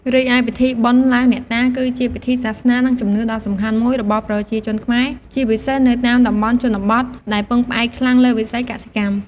រីឯពិធីបុណ្យឡើងអ្នកតា គឺជាពិធីសាសនា និងជំនឿដ៏សំខាន់មួយរបស់ប្រជាជនខ្មែរ ជាពិសេសនៅតាមតំបន់ជនបទ ដែលពឹងផ្អែកខ្លាំងលើវិស័យកសិកម្ម។